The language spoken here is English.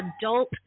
adult